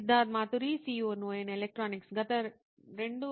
Siddharth Maturi CEO నోయిన్ electronics గత 2